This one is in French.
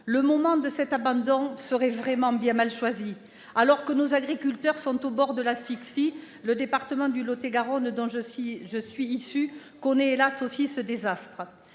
le moment de cet abandon serait vraiment bien mal choisi, car nos agriculteurs sont au bord de l'asphyxie- le département du Lot-et-Garonne, dont je suis issue, connaît aussi, hélas, ce désastre.